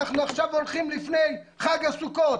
אנחנו עכשיו הולכים לפני חג הסוכות.